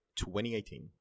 2018